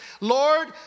Lord